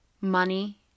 money